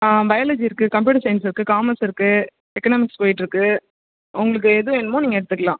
ஆ biology இருக்குது computer science இருக்குது commerce இருக்குது எக்கனாமிக்ஸ் போய்ட்டு இருக்குது உங்களுக்கு எது வேணுமோ நீங்கள் எடுத்துக்கலாம்